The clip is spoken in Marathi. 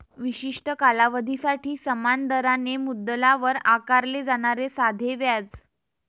विशिष्ट कालावधीसाठी समान दराने मुद्दलावर आकारले जाणारे साधे व्याज